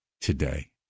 today